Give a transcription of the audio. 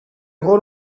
εγώ